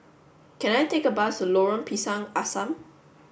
can I take a bus Lorong Pisang Asam